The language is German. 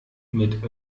mit